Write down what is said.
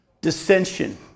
dissension